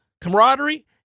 camaraderie